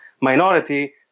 minority